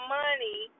money